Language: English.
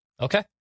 Okay